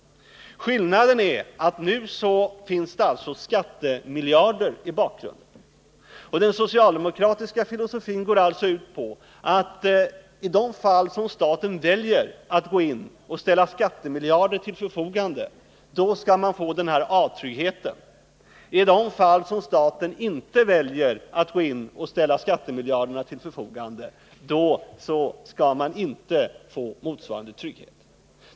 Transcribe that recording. Skillnaden är att det nu finns skattemiljarder i bakgrunden. Den socialdemokratiska filosofin går alltså ut på att i de fall där staten väljer att gå in och ställa skattemiljarder till förfogande skall man få den här A-tryggheten. I de fall där staten inte väljer att gå in och ställa skattemiljarderna till förfogande skall man inte få motsvarande trygghet.